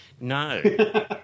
No